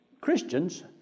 Christians